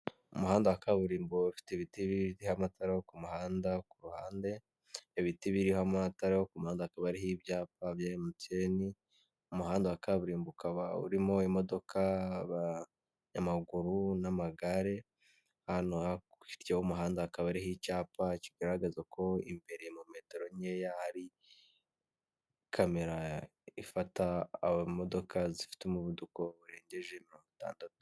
Umuhanda wa kaburimbo ufite ibitimatara ku muhanda ku ruhande ibiti birihomo hataho ku umuhandakaba ari ibyapa byimutse ni umuhanda wa kaburimbo ukaba urimo imodoka abanyamaguru n'amagare hanoho umuhanda hakaba ari icyapa kigaragaza ko imbere mo metero nkeya hari kamera ifatamodoka zifite umuvuduko urengeje mirongo itandatu.